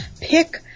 pick